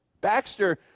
Baxter